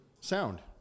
sound